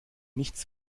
nichts